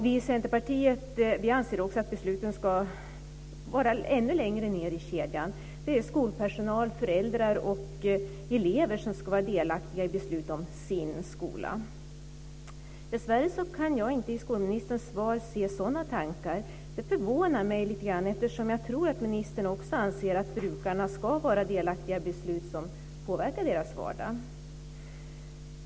Vi i Centerpartiet anser också att besluten ska ännu längre ned i kedjan - det är skolpersonal, föräldrar och elever som ska vara delaktiga i beslut om sin skola. Dessvärre kan jag i skolministerns svar inte se sådana tankar. Det förvånar mig eftersom jag tror att ministern också anser att brukarna ska vara delaktiga i beslut som påverkar deras vardag.